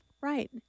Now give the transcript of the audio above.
Right